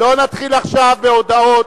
לא נתחיל עכשיו בהודעות.